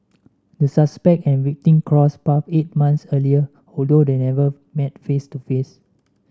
the suspect and victim crossed paths eight months earlier although they never met face to face